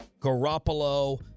Garoppolo